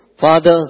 Father